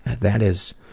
that is